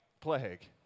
plague